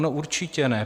No určitě ne.